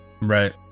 Right